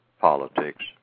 politics